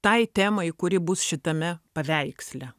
tai temai kuri bus šitame paveiksle